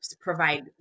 provide